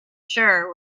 sure